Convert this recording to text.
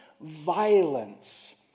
violence